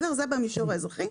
זה במישור האזרחי.